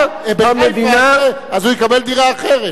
אז הוא יקבל דירה אחרת.